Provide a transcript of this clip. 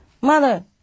Mother